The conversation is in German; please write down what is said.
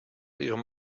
ihrem